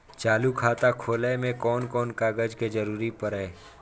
चालु खाता खोलय में कोन कोन कागज के जरूरी परैय?